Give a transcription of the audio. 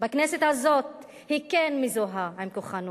בכנסת הזאת היא כן מזוהה עם כוחנות.